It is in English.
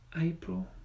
April